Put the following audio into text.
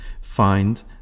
find